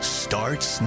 starts